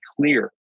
clear